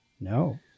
No